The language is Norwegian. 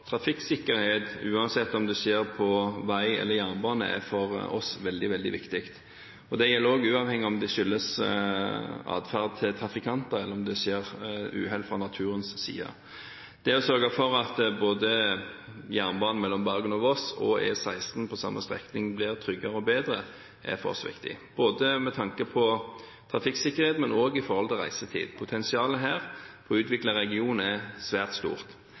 Trafikksikkerhet, uansett om det skjer på vei eller jernbane, er for oss veldig, veldig viktig. Det gjelder også uavhengig av om det skyldes atferden til trafikanter, eller om det skjer uhell fra naturens side. Det å sørge for at både jernbanen mellom Bergen og Voss og E16 på samme strekning blir tryggere og bedre, er for oss viktig – både med tanke på trafikksikkerhet og med hensyn til reisetid. Potensialet her for å utvikle regionen er svært stort.